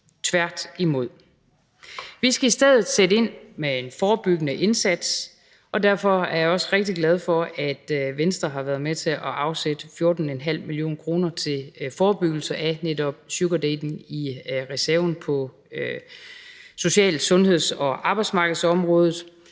tværtimod. Vi skal i stedet sætte ind med en forebyggende indsats, og derfor er jeg også rigtig glad for, at Venstre har været med til at afsætte 14,5 mio. kr. til forebyggelse af netop sugardating i reserven på social-, sundheds-og arbejdsmarkedsområdet.